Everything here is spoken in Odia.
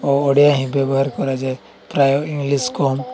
ଓ ଓଡ଼ିଆ ହିଁ ବ୍ୟବହାର କରାଯାଏ ପ୍ରାୟ ଇଂଲିଶ କମ୍